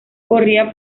corría